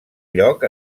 lloc